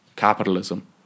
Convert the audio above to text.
capitalism